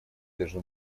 должны